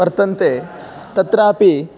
वर्तन्ते तत्रापि